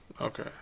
Okay